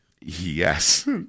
Yes